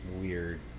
weird